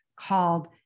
called